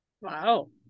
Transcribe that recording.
wow